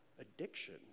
addiction